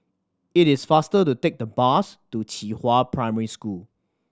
it is faster to take the bus to Qihua Primary School